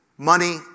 money